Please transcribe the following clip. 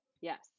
Yes